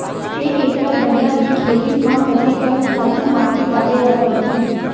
एक एकड़ गन्ना के खेती म कते कन खातु माटी डाले ल पड़ही?